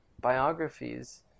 biographies